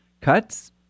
Cuts